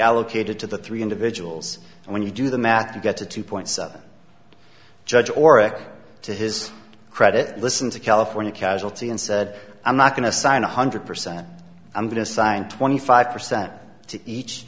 allocated to the three individuals and when you do the math you get to two point seven judge oric to his credit listened to california casualty and said i'm not going to sign one hundred percent i'm going to sign twenty five percent to each